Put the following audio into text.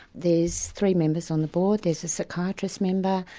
there's three members on the board. there's a psychiatrist member,